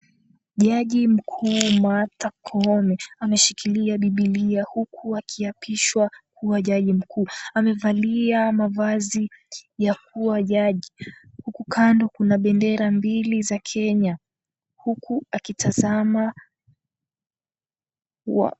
Jaji mkuu Martha Koome ameshikilia bibilia huku akiapishwa kuwa jaji mkuu. Amevalia mavazi ya kuwa jaji. Huku kando kuna bendera mbili za Kenya, huku akitazama.